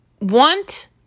want